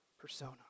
persona